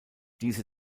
diese